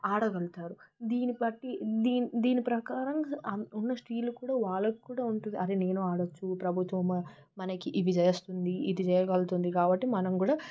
ఆడగలతారు దీన్ని బట్టి దీన్ని దీన్ని ప్రకారం ఉన్న స్త్రీలు కూడా వాళ్ళకు కూడా ఉంటుంది అరే నేను ఆడొచ్చు ప్రభుత్వం మనకి ఇవి చేస్తుంది ఇట్టు చేయగలుతుంది కాబట్టి మనం కూడా